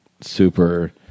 super